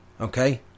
Okay